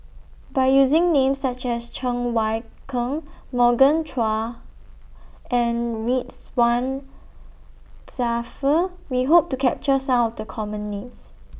By using Names such as Cheng Wai Keung Morgan Chua and Ridzwan Dzafir We Hope to capture Some of The Common Names